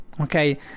okay